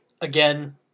again